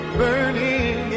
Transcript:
burning